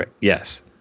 yes